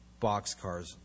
boxcars